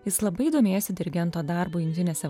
jis labai domėjosi dirigento darbą jungtinėse